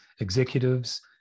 executives